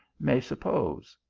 may suppose.